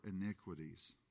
iniquities